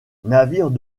navires